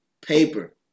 Paper